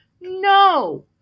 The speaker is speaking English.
No